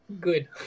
Good